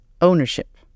ownership